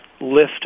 lift